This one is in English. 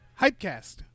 Hypecast